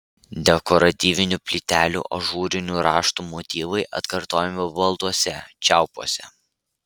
dekoratyvinių plytelių ažūrinių raštų motyvai atkartojami balduose čiaupuose